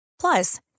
Plus